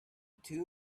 two